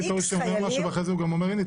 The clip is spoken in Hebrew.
את ההוא שאומר משהו ואחרי זה הוא גם אומר: הינה,